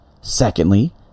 Secondly